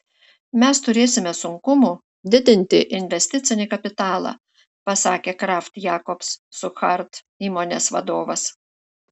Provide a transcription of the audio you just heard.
mes turėsime sunkumų didinti investicinį kapitalą pasakė kraft jacobs suchard įmonės vadovas